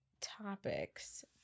topics